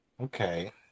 Okay